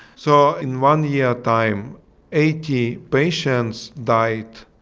so in one year time eighty patients died,